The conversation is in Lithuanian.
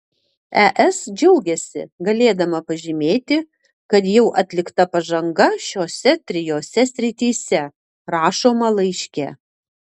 es džiaugiasi galėdama pažymėti kad jau atlikta pažanga šiose trijose srityse rašoma laiške